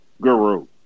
Guru